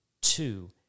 Two